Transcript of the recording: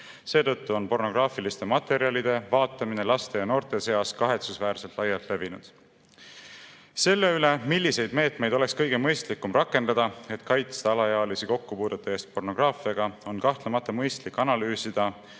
Seetõttu on pornograafiliste materjalide vaatamine laste ja noorte seas kahetsusväärselt laialt levinud. Selles [küsimuses], milliseid meetmeid oleks kõige mõistlikum rakendada, et kaitsta alaealisi kokkupuute eest pornograafiaga, on kahtlemata mõistlik analüüsida